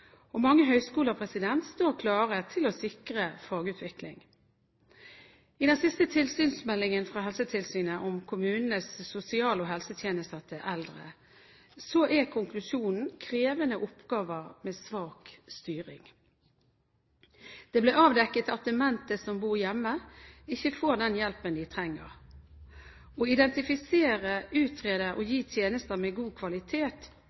og systematisk med kvaliteten på tjenestene, er avgjørende for rekruttering. Mange høgskoler står klare til å sikre fagutvikling. I den siste tilsynsmeldingen fra Helsetilsynet om kommunenes sosial- og helsetjenester til eldre er konklusjonen: «Krevende oppgaver med svak styring.» Det ble avdekket at demente som bor hjemme, ikke får den hjelpen de trenger. Å identifisere, utrede og gi tjenester med god kvalitet